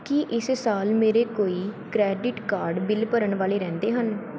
ਕੀ ਇਸ ਸਾਲ ਮੇਰੇ ਕੋਈ ਕਰੈਡਿਟ ਕਾਰਡ ਬਿਲ ਭਰਨ ਵਾਲੇ ਰਹਿੰਦੇ ਹਨ